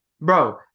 Bro